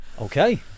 Okay